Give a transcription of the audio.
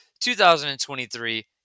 2023